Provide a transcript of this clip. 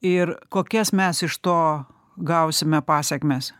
ir kokias mes iš to gausime pasekmes